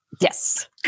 Yes